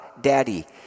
Daddy